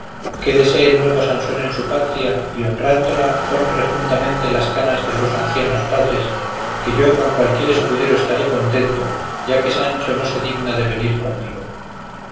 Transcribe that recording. y liberales artes quédese el nuevo sansón en su patria y honrándola honre juntamente las canas de sus ancianos padres que yo con cualquier escudero estaré contento ya que sancho no se digna de venir conmigo